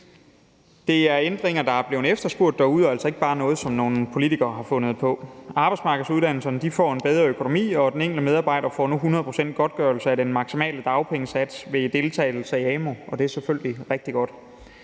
Det er ændringer, der er blevet efterspurgt derude, og altså ikke bare noget, som nogle politikere har fundet på. Arbejdsmarkedsuddannelserne får en bedre økonomi, og den enkelte medarbejder får nu 100 pct.'s godtgørelse af den maksimale dagpengesats ved deltagelse i amu, og det er selvfølgelig rigtig godt.